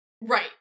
Right